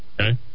Okay